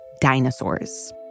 dinosaurs